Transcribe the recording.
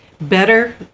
better